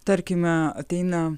tarkime ateina